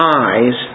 eyes